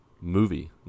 movie